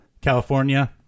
California